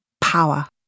power